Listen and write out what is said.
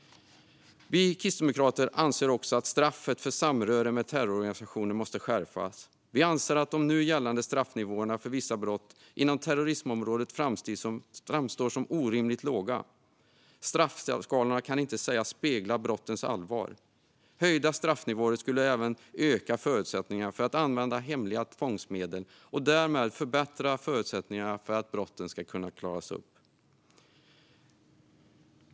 Vi kristdemokrater anser också att straffet för samröre med terrororganisationer måste skärpas. Vi anser att de nu gällande straffnivåerna för vissa brott inom terrorismområdet framstår som orimligt låga. Straffskalorna kan inte sägas spegla brottens allvar. Höjda straffnivåer skulle även öka förutsättningarna för att använda hemliga tvångsmedel och därmed förbättra förutsättningarna för att brotten ska kunna klaras upp.